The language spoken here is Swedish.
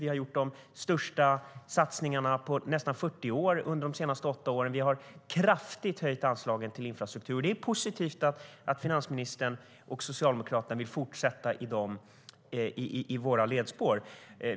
Vi har gjort de största satsningarna på nästan 40 år under de senaste åtta åren. Vi har kraftigt höjt anslagen till infrastruktur, och det är positivt att finansministern och Socialdemokraterna vill fortsätta i våra spår.